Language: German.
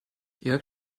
jörg